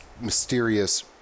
mysterious